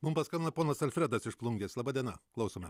mum paskambino ponas alfredas iš plungės laba diena klausome